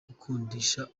gukundisha